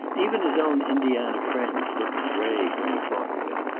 even his own indiana friends looked grave when he talked of it,